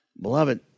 Beloved